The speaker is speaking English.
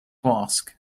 ask